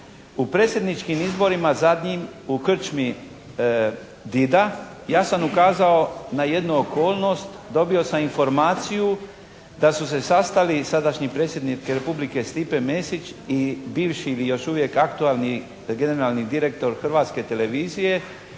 U predsjedničkim izborima zadnjim u krčmi "Dida" ja sam ukazao na jednu okolnost, dobio sam informaciju da su se sastali i sadašnji predsjednik Republike Stipe Mesić i bivši i još aktualni generalni direktor Hrvatske televizije